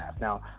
now